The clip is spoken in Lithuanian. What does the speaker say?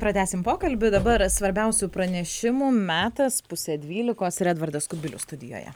pratęsim pokalbį dabar svarbiausių pranešimų metas pusę dvylikos ir edvardas kubilius studijoje